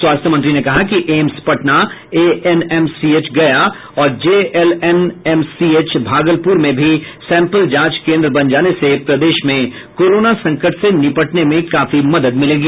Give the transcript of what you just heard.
स्वास्थ्य मंत्री ने कहा कि एम्स पटना एएनएमसीएच गया और जेएलएमएनसीएच भागलपूर में भी सैंपल जांच केंद्र बन जाने से प्रदेश में कोरोना संकट से निपटने में काफी मदद मिलेगी